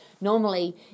normally